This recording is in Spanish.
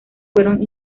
fueron